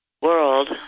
world